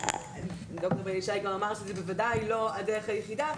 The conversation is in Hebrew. וד"ר שי גם אמר שזו בוודאי לא הדרך היחידה,